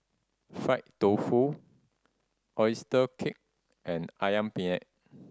fried tofu oyster cake and Ayam Penyet